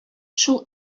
шул